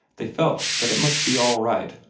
they felt that it must be all right,